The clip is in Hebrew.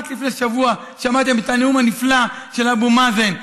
רק לפני שבוע שמעתם את הנאום הנפלא של אבו מאזן,